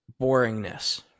boringness